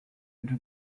into